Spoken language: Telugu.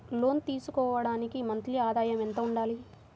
లోను తీసుకోవడానికి మంత్లీ ఆదాయము ఎంత ఉండాలి?